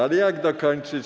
Ale jak dokończyć?